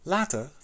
Later